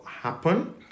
happen